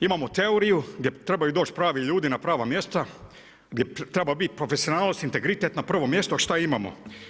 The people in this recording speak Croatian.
Imamo teoriju, gdje trebaju doći pravi ljudi, na prava mjesta, gdje treba biti profesionalnosti i integritet na prvo mjesto, što imamo?